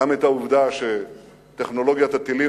גם את העובדה שטכנולוגיית הטילים